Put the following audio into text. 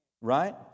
Right